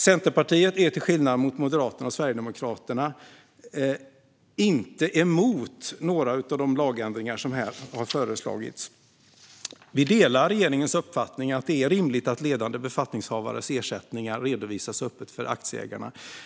Centerpartiet är, till skillnad från Moderaterna och Sverigedemokraterna, inte emot några av de lagändringar som här föreslagits. Vi delar regeringens uppfattning att det är rimligt att ledande befattningshavares ersättningar redovisas öppet för aktieägarna.